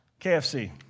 KFC